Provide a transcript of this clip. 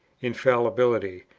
infallibility,